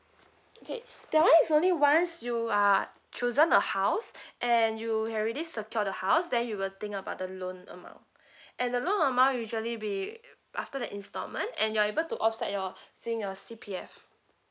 okay that one is once you are chosen a house and you have already secured the house then you will think about the loan amount and the loan amount usually be after the instalment and you're able to offset your saying your C_P_F